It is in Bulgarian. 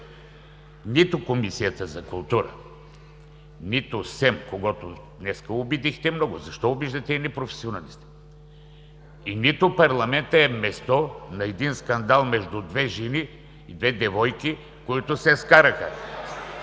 нито Комисията за култура, нито СЕМ, когото днес обидихте много – защо обиждате едни професионалисти, нито парламентът е място, на един скандал между две жени, две девойки, които се скараха. (Шум